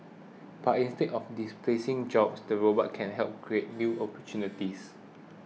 but instead of displacing jobs the robots can help create new opportunities